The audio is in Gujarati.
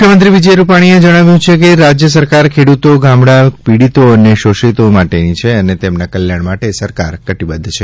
મુખ્યમંત્રી શ્રી વિજય રૂપાણીએ જણાવ્યું કે રાજ્ય સરકાર ખેડૂતો ગામડાં પીડિતો અને શોષિતો માટેની છે અને તેમના કલ્યાણ માટે સરકાર કટિબધ્ધ છે